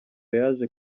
yaje